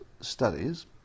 studies